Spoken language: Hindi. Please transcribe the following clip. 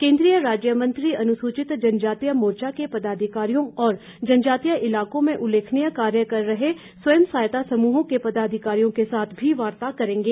केंद्रीय राज्य मंत्री अनुसूचित जनजातीय मोर्चा के पदाधिकारियों और जनजातीय इलाकों में उल्लेखनीय कार्य कर रहे स्वयं सहायता समूहों के पदाधिकारियों के साथ भी वार्ता करेंगे